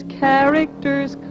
character's